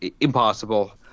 impossible